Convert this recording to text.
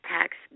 tax